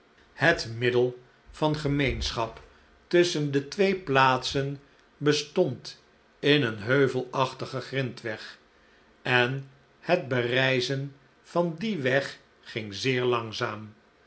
het middel van gemeenschap tusschen de twee plaatsen bestond in een heuvelachtigen grindweg en het bereizen van dien weg ging zeer langzaam